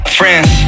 friends